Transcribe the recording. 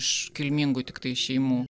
iš kilmingų tiktai šeimų